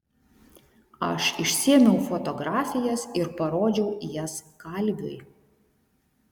aš išsiėmiau fotografijas ir parodžiau jas kalviui